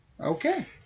Okay